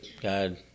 God